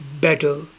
better